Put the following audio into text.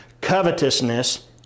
Covetousness